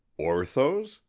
orthos